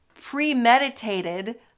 premeditated